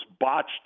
botched